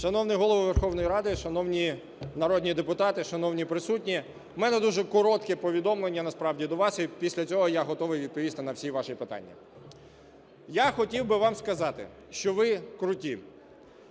Шановний Голово Верховної Ради, шановні народні депутати, шановні присутні! У мене дуже коротке повідомлення насправді для вас, і після цього я готовий відповісти на всі ваші питання. Я хотів би вам сказати, що ви круті,